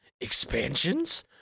expansions